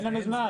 אין לנו זמן.